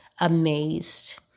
amazed